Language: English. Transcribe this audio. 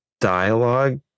dialogue